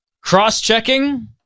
cross-checking